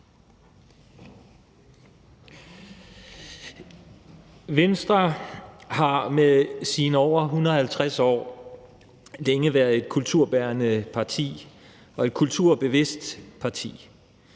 Venstre har med sine over 150 år længe været et kulturbærende parti og et kulturbevidst parti.